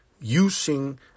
Using